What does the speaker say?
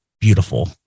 beautiful